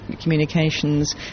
communications